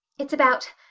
it's about.